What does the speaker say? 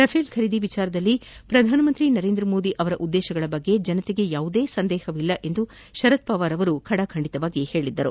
Rafale ಖರೀದಿ ವಿಷಯದಲ್ಲಿ ಪ್ರಧಾನಮಂತ್ರಿ ನರೇಂದ್ರಮೋದಿ ಅವರ ಉದ್ದೇತಗಳ ಬಗ್ಗೆ ಜನತೆಗೆ ಯಾವುದೇ ಸಂದೇಹವಿಲ್ಲ ಎಂದು ಶರದ್ಪವಾರ್ ಖಡಾಖಂಡಿತವಾಗಿ ಹೇಳಿದ್ದರು